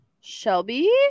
Shelby